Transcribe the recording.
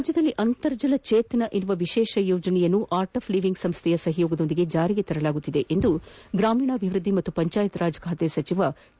ರಾಜ್ವದಲ್ಲಿ ಅಂತರ್ಜಲ ಚೇತನ ಎಂಬ ವಿಶೇಷ ಯೋಜನೆಯನ್ನು ಆರ್ಟ್ ಆಫ್ ಲೀವಿಂಗ್ ಸಂಸ್ಟೆಯ ಸಹಯೋಗದೊಂದಿಗೆ ಚಾರಿಗೆ ತರಲಾಗುತ್ತಿದೆ ಎಂದು ಗ್ರಾಮೀಣಾಭಿವೃದ್ಧಿ ಮತ್ತು ಪಂಚಾಯತ್ ರಾಜ್ ಸಚಿವ ಕೆ